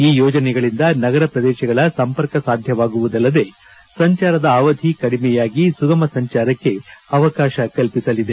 ಈ ಯೋಜನೆಗಳಿಂದ ನಗರ ಪ್ರದೇಶಗಳ ಸಂಪರ್ಕ ಸಾಧ್ಯವಾಗುವುದಲ್ಲದೆ ಸಂಚಾರದ ಅವಧಿ ಸುಗಮ ಸಂಚಾರಕ್ಕೆ ಅವಕಾಶ ಕಲ್ಪಿಸಲಿದೆ